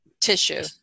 tissue